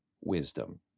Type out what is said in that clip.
wisdom